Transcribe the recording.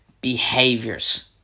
behaviors